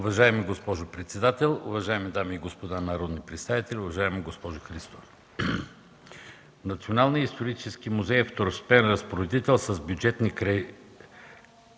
Уважаема госпожо председател, уважаеми дами и господа народни представители, уважаема госпожо Христова! Националният исторически музей е второстепенен разпоредител с бюджетни кредити